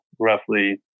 Roughly